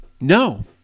No